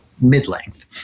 mid-length